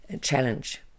challenge